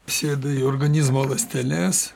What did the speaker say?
sėda į organizmo ląsteles